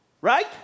Right